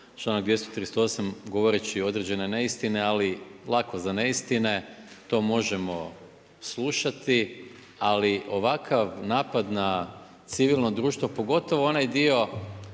čl. 238. govoreći određene neistine, ali lako za neistine, to možemo slušati, ali ovakav napad na civilno društvo, pogotovo na onaj dio